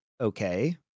okay